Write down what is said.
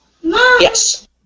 Yes